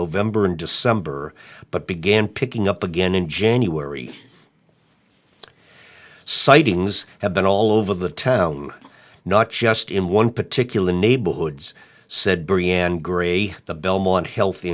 november and december but began picking up again in january sightings have been all over the town not just in one particular neighborhoods said brianne gray the belmont healthy